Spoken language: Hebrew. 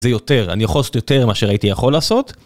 זה יותר, אני יכול לעשות יותר מה שהייתי יכול לעשות.